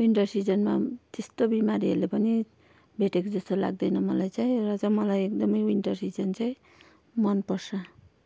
winter सिजनमा त्यस्तो बिमारीहरूले पनि भेटेको जस्तो लाग्दैन मलाई चाहिँ र चाहिँ मलाई एकदमै विन्टर सिजन चाहिँ मनपर्छ